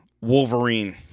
Wolverine